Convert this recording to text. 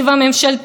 מראשיתו,